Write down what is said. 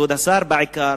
כבוד השר בעיקר,